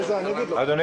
אדוני